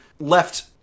left